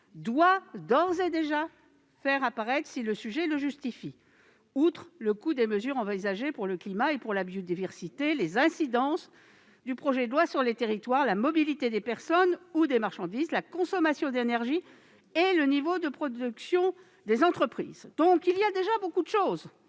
doit d'ores et déjà faire apparaître, si le sujet le justifie, outre le coût des mesures envisagées pour le climat et pour la biodiversité, les incidences du projet de loi sur les territoires, la mobilité des personnes ou des marchandises, la consommation d'énergie et le niveau de production des entreprises. Beaucoup d'éléments